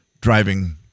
driving